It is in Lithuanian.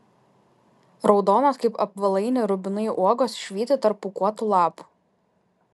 raudonos kaip apvalaini rubinai uogos švyti tarp pūkuotų lapų